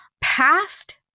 Past